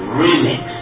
remix